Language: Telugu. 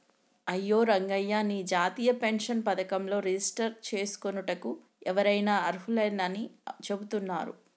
అయ్యో రంగయ్య నీ జాతీయ పెన్షన్ పథకంలో రిజిస్టర్ చేసుకోనుటకు ఎవరైనా అర్హులేనని చెబుతున్నారు